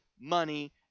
money